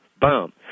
Boom